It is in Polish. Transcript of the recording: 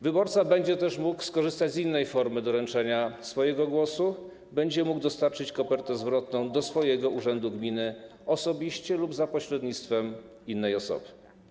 Wyborca będzie też mógł skorzystać z innej formy doręczenia swojego głosu - będzie mógł dostarczyć kopertę zwrotną do swojego urzędu gminy osobiście lub za pośrednictwem innej osoby.